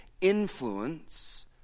influence